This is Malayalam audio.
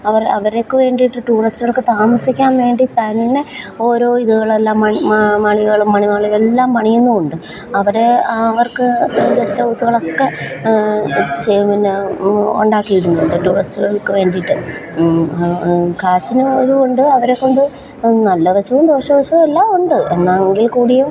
അവർ അവർക്ക് വേണ്ടീട്ട് ടൂറിസ്റ്റുകൾക്ക് താമസിക്കാൻ വേണ്ടിത്തന്നെ ഓരോ ഇതുകളെല്ലാം മണി മണികളും മണിമാളിക എല്ലാം പണിയുന്നുമുണ്ട് അവർ അവർക്ക് ഗെസ്റ്റ്ഹൗസുകളൊക്കെ ഇത് ചെയ്യും പിന്നെ ഉണ്ടാക്കിയിടുന്നുണ്ട് ടൂറിസ്റ്റുകൾക്ക് വേണ്ടീട്ട് കാശിന് ആയതുകൊണ്ട് അവരെക്കൊണ്ട് നല്ലവശവും ദോഷവശവുമെല്ലാമുണ്ട് എന്നാലെങ്കിൽക്കൂടിയും